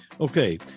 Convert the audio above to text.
Okay